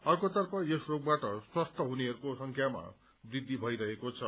अर्कोतर्फ यस रोगवाट स्वस्थ हुनेहरूको संख्यामा वृद्धि भइरहेको छ